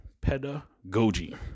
Pedagogy